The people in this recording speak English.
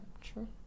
True